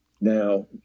Now